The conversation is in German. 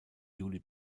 juli